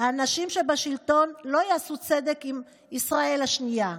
האנשים שבשלטון לא יעשו צדק עם ישראל השנייה.